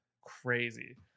crazy